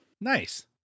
Nice